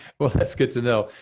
well that's good to know.